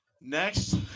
Next